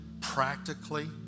practically